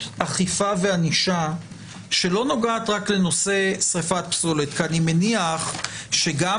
אכיפה וענישה שלא נוגעת רק לנושא שריפת פסולת כי אני מניח שגם